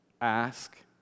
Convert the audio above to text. Ask